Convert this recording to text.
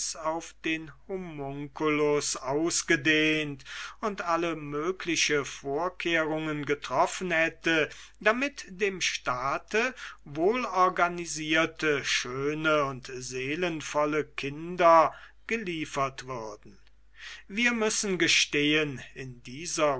auf den homunculus ausgedehnt und alle mögliche vorkehrungen getroffen hätte damit dem staat wohl organisierte schöne und seelenvolle kinder geliefert würden wir müssen gestehen in dieser